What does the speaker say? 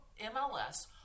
MLS